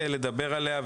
לדבר עליה,